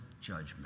judgment